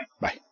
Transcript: Bye